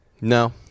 No